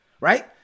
right